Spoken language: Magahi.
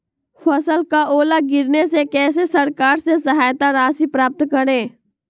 फसल का ओला गिरने से कैसे सरकार से सहायता राशि प्राप्त करें?